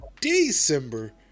December